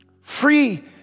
free